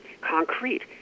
concrete